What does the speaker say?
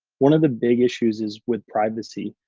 one of the big issues is with privacy.